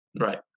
Right